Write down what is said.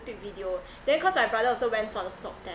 youtube video then cause my brother also went for the swab test